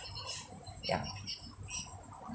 yeah